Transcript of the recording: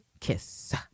kiss